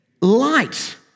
light